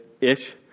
ish